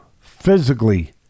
physically